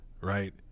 Right